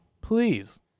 please